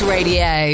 Radio